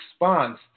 response